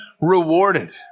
rewarded